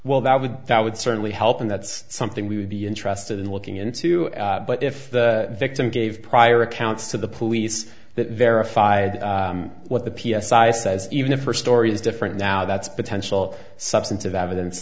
well that would that would certainly help and that's something we would be interested in looking into but if the victim gave prior accounts to the police that verified what the p s i i says even if her story is different now that's potential substantive evidence